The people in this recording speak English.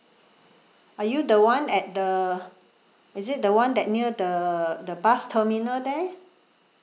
are you the one at the is it the one that near the the bus terminal there